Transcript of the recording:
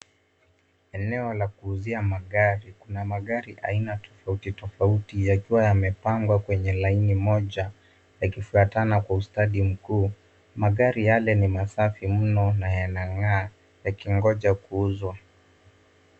Eneo la kuuzia magari, kuna magari aina tofauti tofauti yakiwa yamepangwa, kwenye laini moja, yakifuatana kwa ustadi mkuu. Magari yale ni masafi mno, na yanang'aa yakingoja kuuzwa.